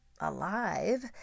alive